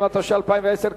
התש"ע 2010,